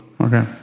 Okay